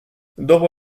dopo